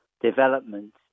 development